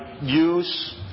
use